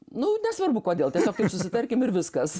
nu nesvarbu kodėl tiesiog susitarkim ir viskas